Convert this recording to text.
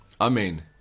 Amen